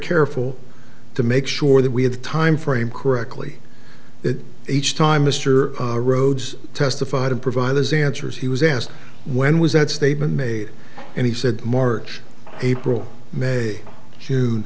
careful to make sure that we had the time frame correctly that each time mr rhodes testified and provide his answers he was asked when was that statement made and he said march april may june